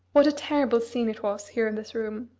what a terrible scene it was, here in this room!